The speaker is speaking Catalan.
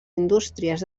indústries